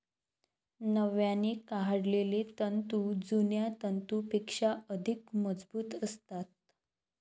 नव्याने काढलेले तंतू जुन्या तंतूंपेक्षा अधिक मजबूत असतात